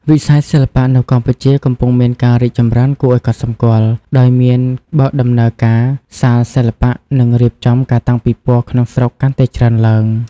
វិស័យសិល្បៈនៅកម្ពុជាកំពុងមានការរីកចម្រើនគួរឲ្យកត់សម្គាល់ ដោយមានបើកដំណើរការសាលសិល្បៈ និងរៀបចំការតាំងពិពណ៌ក្នុងស្រុកកាន់តែច្រើនឡើង។